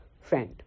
friend